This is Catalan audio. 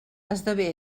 esdevé